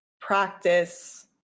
practice